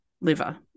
liver